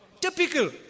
Typical